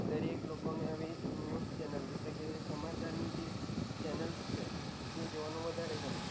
દરેક લોકોને આવી ન્યૂઝ ચેનલ એટલે કે સમાચારની જે ચેનલ્સ છે એ જોવાનું વધારે ગમે